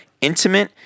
Intimate